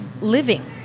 living